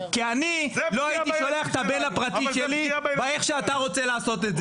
כי אני לא הייתי שולח את הבן הפרטי שלי באיך שאתה רוצה לעשות את זה.